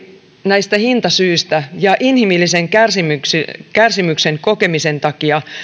näistä hintasyistä ja inhimillisen kärsimyksen kärsimyksen kokemisen takia